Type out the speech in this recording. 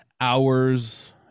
hours